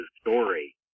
story